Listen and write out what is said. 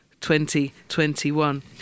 2021